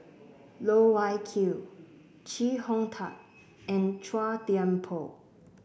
Loh Wai Kiew Chee Hong Tat and Chua Thian Poh